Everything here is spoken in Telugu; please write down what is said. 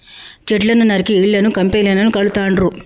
చెట్లను నరికి ఇళ్లను కంపెనీలను కడుతాండ్రు